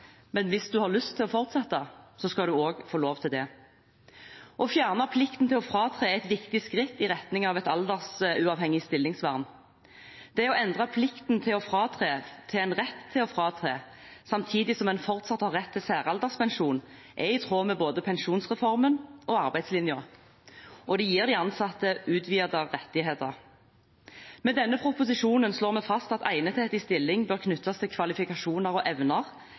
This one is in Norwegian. men hvis man har lyst til å fortsette, skal man også få lov til det. Å fjerne plikten til å fratre er et viktig skritt i retning av et aldersuavhengig stillingsvern. Det å endre plikten til å fratre til en rett til å fratre, samtidig som en fortsatt har rett til særalderspensjon, er i tråd med både pensjonsreformen og arbeidslinjen, og det gir de ansatte utvidede rettigheter. Med denne proposisjonen slår vi fast at egnethet i stilling bør knyttes til kvalifikasjoner og evner